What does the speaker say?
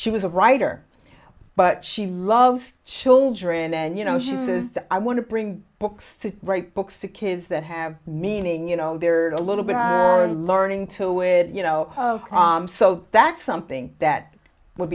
she was a writer but she loves children and you know she says i want to bring books to write books to kids that have meaning you know they're a little bit of a learning tool with you know so that's something that would